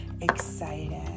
excited